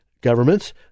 governments